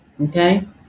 Okay